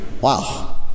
Wow